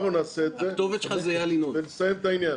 אנחנו נעשה את זה ונסיים את העניין.